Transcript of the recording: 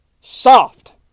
Soft